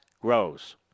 grows